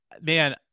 man –